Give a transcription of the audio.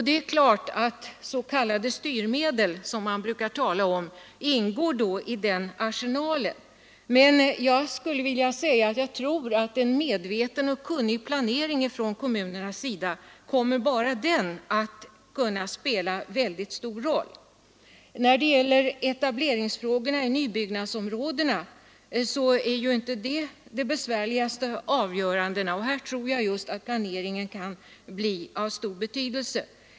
Det är klart att s.k. styrmedel ingår i den arsenalen, men jag tror att redan en medveten och kunnig planering från kommunerna kommer att spela väldigt stor roll. Etableringsfrågorna i nybyggnadsområdena tillhör inte de besvärligaste avgörandena. Här tror jag att just planeringen kan bli av stor betydelse.